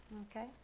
Okay